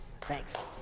Thanks